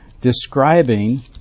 describing